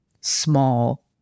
small